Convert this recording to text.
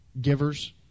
givers